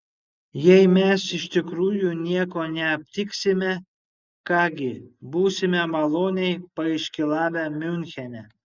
jei mes iš tikrųjų nieko neaptiksime ką gi būsime maloniai paiškylavę miunchene